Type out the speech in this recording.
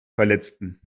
verletzten